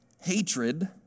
hatred